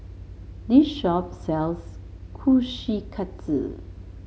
this shop sells Kushikatsu